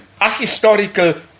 ahistorical